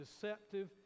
deceptive